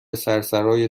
سرسرای